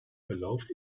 gelooft